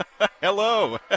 Hello